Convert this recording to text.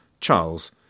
Charles